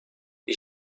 die